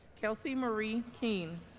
kelsey marie kean